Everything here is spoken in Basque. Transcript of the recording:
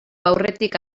aurretik